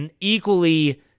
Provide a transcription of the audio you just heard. equally